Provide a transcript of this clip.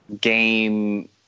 game